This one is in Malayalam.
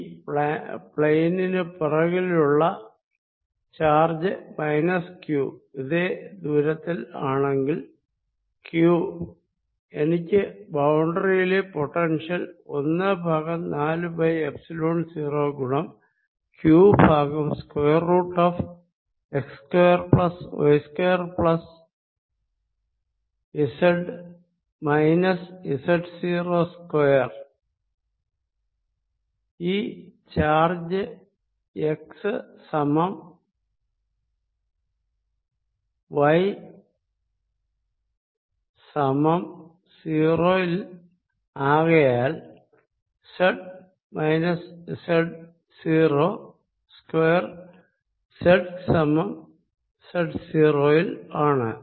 ഈ പ്ലാനിനു പിറകിലുള്ള ചാർജ് മൈനസ് q ഇതേ ദൂരത്തിൽ ആണെങ്കിൽ q എനിക്ക് ബൌണ്ടറിയിലെ പൊട്ടൻഷ്യൽ ഒന്ന് ബൈ നാലു പൈ എപ്സിലോൻ 0 ഗുണം q by square root x square plus y square plus z minus z 0 square ഈ ചാർജ് x സമം y സമം 0 ആകയാൽ z minus z 0 square z സമം z 0 യിൽ ആണ്